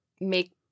make